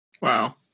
Wow